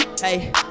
Hey